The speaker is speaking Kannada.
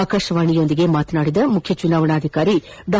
ಆಕಾಶವಾಣಿಯೊಂದಿಗೆ ಮಾತನಾಡಿದ ಮುಖ್ಯ ಚುನಾವಣಾಧಿಕಾರಿ ಡಾ